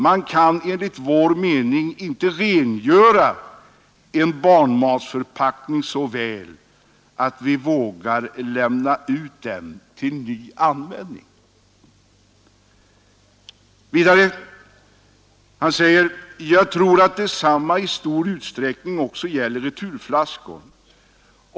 Man kan enligt vår mening inte rengöra en barnmatsförpackning så väl att vi vågar lämna ut den till ny användning.” Vidare sade han: ”Jag tror att detsamma i stor utsträckning också gäller returflaskor.